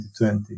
2020